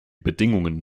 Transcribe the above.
bedingungen